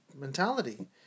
mentality